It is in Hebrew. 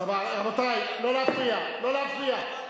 ראש הממשלה, רבותי, רבותי, לא להפריע, לא להפריע.